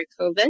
COVID